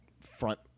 front